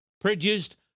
produced